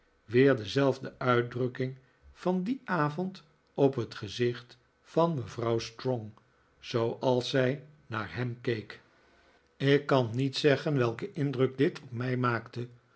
dezelfde uitdrukking van dien avond op het gezicht van mevrouw strong zooals zij naar hem keek david copperfield ik kan niet zeggen welken indruk dit op mij maakte